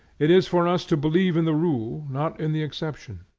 it is for us to believe in the rule, not in the exception.